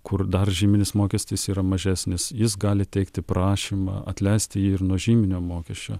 kur dar žyminis mokestis yra mažesnis jis gali teikti prašymą atleisti jį ir nuo žyminio mokesčio